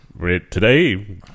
Today